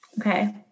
Okay